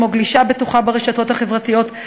כמו גלישה בטוחה ברשתות החברתיות,